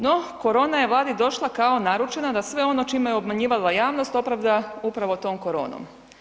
No, korona je Vladi došla kao naručena da sve ono čime je obmanjivala javnost, opravda upravo tom koronom.